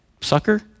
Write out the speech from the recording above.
sucker